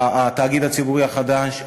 התאגיד הציבורי החדש.